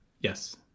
Yes